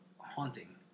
haunting